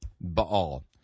Baal